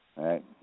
Right